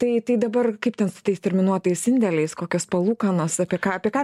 tai tai dabar kaip ten su tais terminuotais indėliais kokios palūkanos apie ką apie ką